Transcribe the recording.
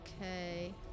Okay